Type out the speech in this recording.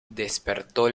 despertó